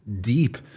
deep